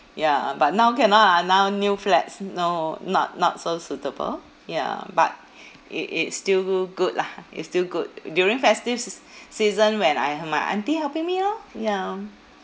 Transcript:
ya but now cannot ah now new flats no not not so suitable ya but i~ it still good lah it still good during festive se~ season when I he~ my aunty helping me lor ya